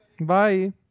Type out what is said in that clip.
Bye